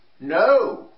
No